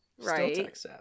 right